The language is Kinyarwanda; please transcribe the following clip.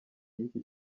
y’iki